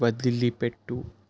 వదిలిపెట్టు